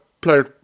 played